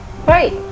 right